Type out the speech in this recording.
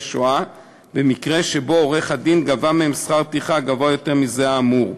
שואה במקרה שעורך-הדין גבה מהם שכר טרחה גבוה מזה האמור.